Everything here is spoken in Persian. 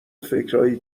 فکرایی